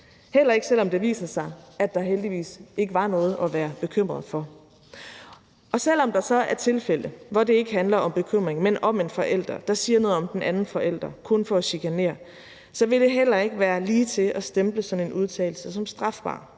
heller ikke selv om det viser sig, at der heldigvis ikke var noget at være bekymret for. Selv om der så er tilfælde, hvor det ikke handler om bekymring, men om en forælder, der siger noget om den anden forælder kun for at chikanere, vil det heller ikke være ligetil at stemple sådan en udtalelse som strafbar,